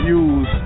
use